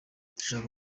ndashaka